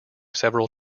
several